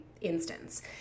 instance